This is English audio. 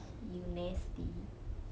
you nasty